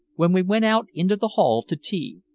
when we went out into the hall to tea.